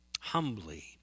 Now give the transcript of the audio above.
humbly